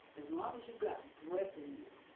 as long as you've got breath in you,